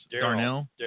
Darnell